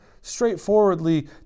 straightforwardly